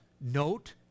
note